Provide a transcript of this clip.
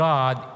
God